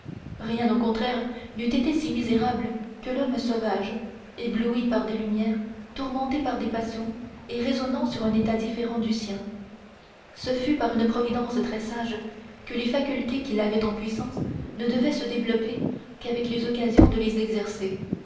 rien au contraire n'eût été si misérable que l'homme sauvage ébloui par des lumières tourmenté par des passions et raisonnant sur un état différent du sien ce fut par une providence très sage que les facultés qu'il avait en puissance ne devaient se développer qu'avec les occasions de les exercer